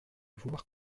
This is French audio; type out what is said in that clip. vouloir